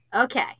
Okay